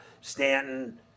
Stanton